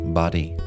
body